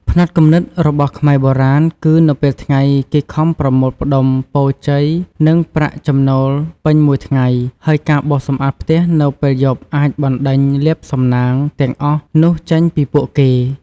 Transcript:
ផ្នត់គំនិតរបស់ខ្មែរបុរាណគឺ នៅពេលថ្ងៃគេខំប្រមូលផ្តុំពរជ័យនិងប្រាក់ចំណូលពេញមួយថ្ងៃ ហើយការបោសសំអាតផ្ទះនៅពេលយប់អាចបណ្ដេញលាភសំណាងទាំងអស់នោះចេញពីពួកគេ។